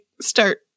start